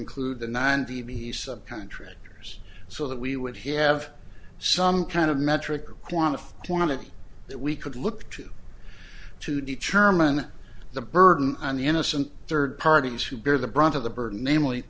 include the ninety be subcontractors so that we would he have some kind of metric or quantify quantity that we could look to to determine the burden on the innocent third parties who bear the brunt of the burden namely